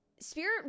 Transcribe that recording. spirit